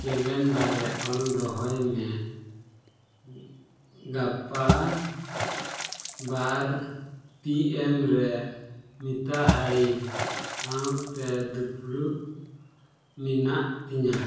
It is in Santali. ᱠᱮᱞᱮᱱᱰᱟᱨ ᱨᱮ ᱚᱞ ᱫᱚᱦᱚᱭ ᱢᱮ ᱜᱟᱯᱟ ᱵᱟᱨ ᱯᱤ ᱮᱢ ᱨᱮ ᱢᱤᱛᱟᱦᱟᱲᱤ ᱥᱟᱶᱛᱮ ᱫᱩᱯᱲᱩᱵ ᱢᱮᱱᱟᱜ ᱛᱤᱧᱟᱹ